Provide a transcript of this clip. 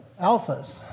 alphas